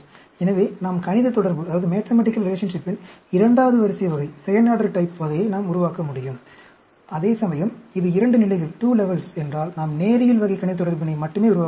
எனவே நாம் கணிதத் தொடர்பின் இரண்டாவது வரிசை வகையை உருவாக்க முடியும் அதேசமயம் இது 2 நிலைகள் என்றால் நாம் நேரியல் வகை கணிதத் தொடர்பினை மட்டுமே உருவாக்க முடியும்